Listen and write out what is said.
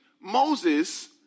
Moses